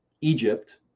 Egypt